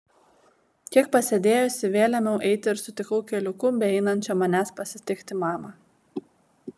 kiek pasėdėjusi vėl ėmiau eiti ir sutikau keliuku beeinančią manęs pasitikti mamą